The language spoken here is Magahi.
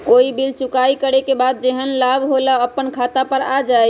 कोई बिल चुकाई करे के बाद जेहन लाभ होल उ अपने खाता पर आ जाई?